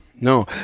No